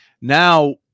now –